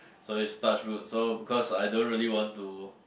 so it's touch wood so because I don't really want to